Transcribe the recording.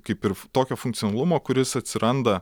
kaip ir tokio funkcionalumo kuris atsiranda